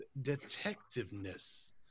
detectiveness